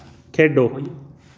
खेढो